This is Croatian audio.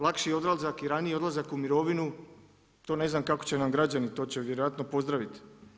Lakši odlazak i raniji odlazak u mirovinu, to ne znam kako će nam građani, to će vjerojatno pozdraviti.